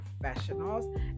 professionals